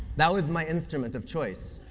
that was my instrument of choice.